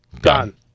Done